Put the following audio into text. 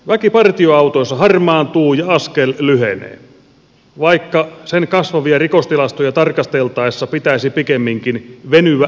väki partioautoissa harmaantuu ja askel lyhenee vaikka sen kasvavia rikostilastoja tarkasteltaessa pitäisi pikemminkin venyä ja pidentyä